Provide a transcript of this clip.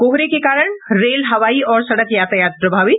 कोहरे के कारण रेल हवाई और सड़क यातायात प्रभावित